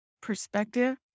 perspective